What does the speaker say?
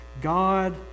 God